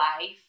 life